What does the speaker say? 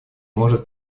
может